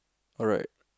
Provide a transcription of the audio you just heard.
alright